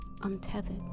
Untethered